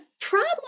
problem